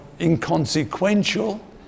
inconsequential